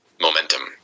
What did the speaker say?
momentum